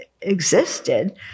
existed